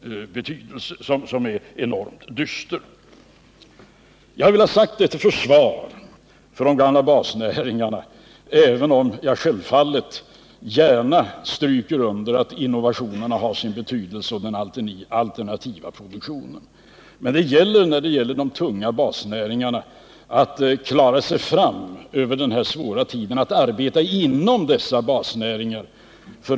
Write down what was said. Jag har velat säga detta till försvar för de gamla basnäringarna, även om jag självfallet gärna stryker under att innovationerna har sin betydelse liksom den alternativa produktionen. Men när det gäller de tunga basnäringarna är det angeläget att klara sig över den svåra tiden och arbeta vidare inom dessa basnäringar.